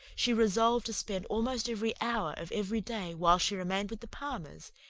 she resolved to spend almost every hour of every day while she remained with the palmers,